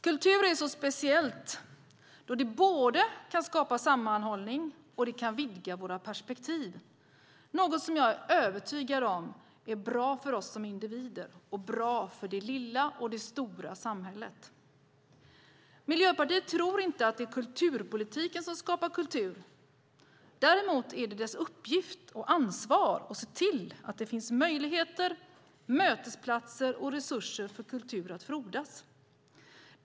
Kulturen är så speciell då den både kan skapa sammanhållning och vidga våra perspektiv, något som jag är övertygad om är bra för oss som individer och bra för både det lilla och det stora samhället. Miljöpartiet tror inte att det är kulturpolitiken som skapar kultur. Däremot är det kulturpolitikens uppgift och ansvar att se till att det finns möjligheter, mötesplatser och resurser för kulturen att frodas.